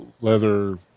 leather